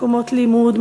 מקומות לימוד,